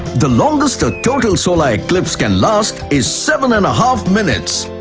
the longest a total solar eclipse can last is seven and a half minutes.